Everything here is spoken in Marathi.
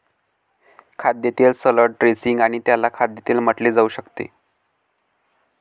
खाद्यतेल सॅलड ड्रेसिंग आणि त्याला खाद्यतेल म्हटले जाऊ शकते